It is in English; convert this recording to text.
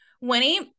Winnie